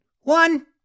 One